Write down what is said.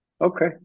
Okay